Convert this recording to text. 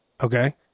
Okay